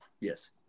Yes